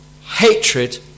hatred